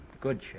good